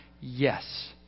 yes